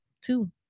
two